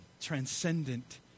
transcendent